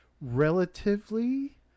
relatively